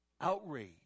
outrage